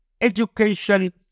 education